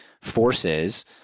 forces